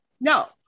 No